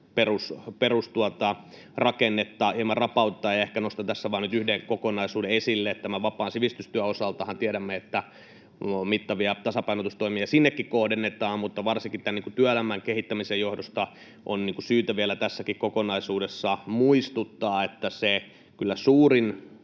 perusrakennetta hieman rapautetaan. Ehkä nostan tässä vain nyt yhden kokonaisuuden esille: Tämän vapaan sivistystyön osaltahan tiedämme, että mittavia tasapainotustoimia sinnekin kohdennetaan, mutta varsinkin työelämän kehittämisen johdosta on syytä vielä tässäkin kokonaisuudessa muistuttaa, että kyllä se suurin